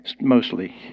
mostly